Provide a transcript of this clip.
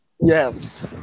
Yes